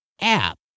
app